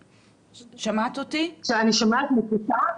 אני שומעת מקוטע,